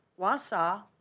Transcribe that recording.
wausau.